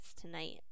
tonight